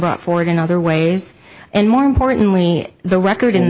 brought forward in other ways and more importantly the record in